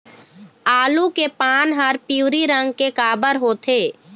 आलू के पान हर पिवरी रंग के काबर होथे?